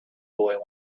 boy